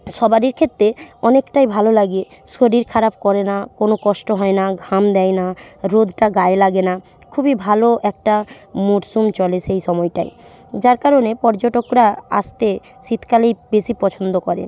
সবারই ক্ষেত্রে অনেকটা ভালো লাগে শরীর খারাপ করে না কোনো কষ্ট হয় না ঘাম দেয় না রোদটা গায়ে লাগে না খুবই ভালো একটা মরশুম চলে সেই সময়টায় যার কারণে পর্যটকরা আসতে শীতকালেই বেশি পছন্দ করে